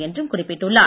என்றும் குறிப்பிட்டுள்ளார்